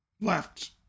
left